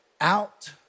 out